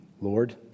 Lord